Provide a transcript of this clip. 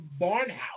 Barnhouse